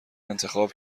انتخاب